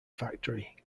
factory